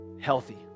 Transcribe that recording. healthy